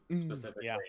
Specifically